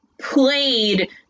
played